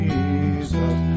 Jesus